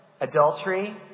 adultery